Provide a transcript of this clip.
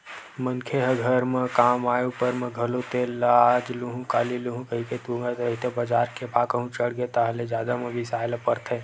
मनखे ह घर म काम आय ऊपर म घलो तेल ल आज लुहूँ काली लुहूँ कहिके तुंगत रहिथे बजार के भाव कहूं चढ़गे ताहले जादा म बिसाय ल परथे